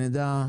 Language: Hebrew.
נדע,